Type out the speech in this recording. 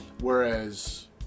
Whereas